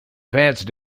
vance